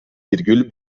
virgül